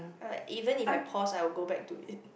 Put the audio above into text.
like even if I pause I'd go back to it